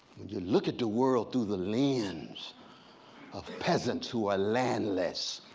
when you look at the world through the lens of the peasant who are landless,